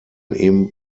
ebenso